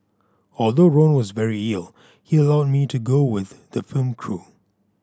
although Ron was very ill he allowed me to go with the film crew